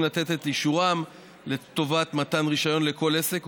לתת את אישורם לטובת מתן רישיון לכל עסק,